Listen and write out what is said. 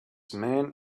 men